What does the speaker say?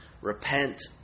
repent